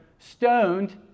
stoned